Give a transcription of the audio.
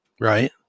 Right